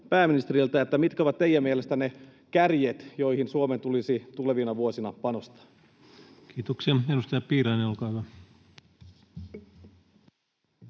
mitkä ovat teidän mielestänne kärjet, joihin Suomen tulisi tulevina vuosina panostaa. Kiitoksia. — Edustaja Piirainen, olkaa hyvä.